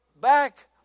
back